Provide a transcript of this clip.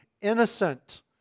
innocent